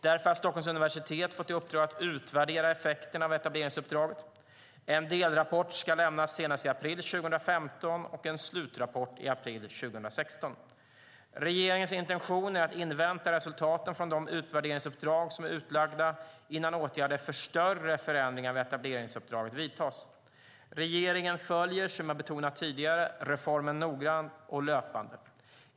Därför har Stockholms universitet fått i uppdrag att utvärdera effekterna av etableringsuppdraget. En delrapport ska lämnas senast i april 2015 och en slutrapport i april 2016. Regeringens intention är att invänta resultaten från de utvärderingsuppdrag som är utlagda innan åtgärder för större förändringar av etableringsuppdraget vidtas. Regeringen följer, som jag betonat tidigare, reformen noga och löpande.